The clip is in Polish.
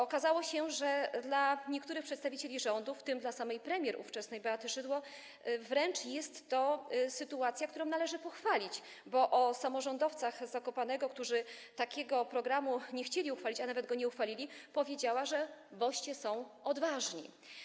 Okazało się, że dla niektórych przedstawicieli rządu, w tym dla samej ówczesnej premier Beaty Szydło, jest to wręcz sytuacja, którą należy pochwalić, bo o samorządowcach z Zakopanego, którzy takiego programu nie chcieli uchwalić, a nawet go nie uchwalili, powiedziała: boście są odważni.